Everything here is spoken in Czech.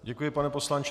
Děkuji, pane poslanče.